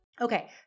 Okay